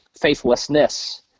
faithlessness